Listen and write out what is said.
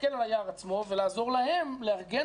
להסתכל על היער עצמו ולעזור להם לארגן